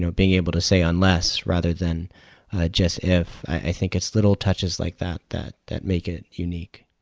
and being able to say unless rather than just if. i think it's little touches like that that that make it unique.